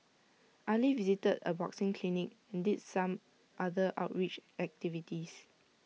Ali visited A boxing clinic and did some other outreach activities